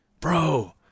Bro